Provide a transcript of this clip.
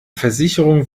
versicherung